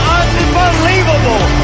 unbelievable